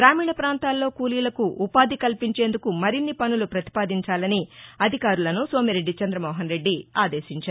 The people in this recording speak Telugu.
గ్రామీణ ప్రాంతాల్లో కూలీలకు ఉపాధి కల్పించేందుకు మరిన్ని పనులు పతిపాదించాలని అధికారులను సోమిరెడ్డి చంద్రమోహన్రెడ్డి ఆదేశించారు